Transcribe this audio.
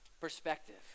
Perspective